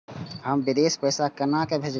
हम विदेश पैसा केना भेजबे?